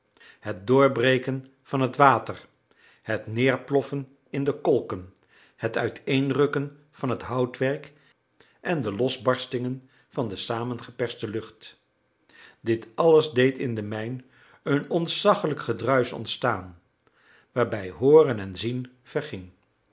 het doorbreken van het water het neerploffen in de kolken het uiteenrukken van het houtwerk en de losbarstingen van de saamgeperste lucht dit alles deed in de mijn een ontzaggelijk gedruisch ontstaan waarbij hooren en zien verging